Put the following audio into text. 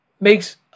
makes